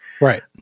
Right